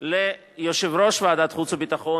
ליושב-ראש ועדת החוץ והביטחון,